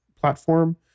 platform